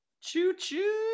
choo-choo